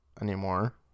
anymore